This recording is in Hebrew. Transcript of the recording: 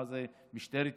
משטרת ישראל,